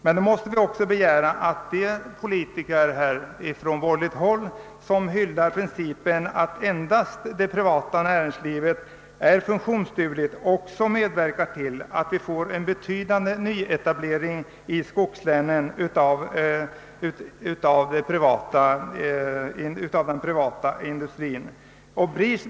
Vi måste följaktligen begära att de borgerliga politiker, som hyllar principen att endast det privata näringslivet är funktionsdugligt, också medverkar till att vi får en betydande nyetablering i skogslänen av den privata industrin.